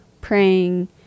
praying